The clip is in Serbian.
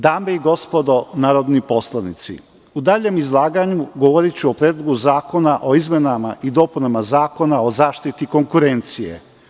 Dame i gospodo narodni poslanici, u daljem izlaganju govoriću o Predlogu zakona o izmenama i dopunama Zakona o zaštiti konkurencije.